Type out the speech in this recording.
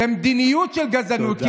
זאת מדיניות של גזענות,